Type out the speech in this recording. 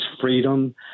freedom